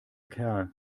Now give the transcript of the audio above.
kerl